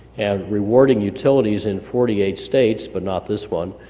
and rewarding utilities in forty eight states, but not this one,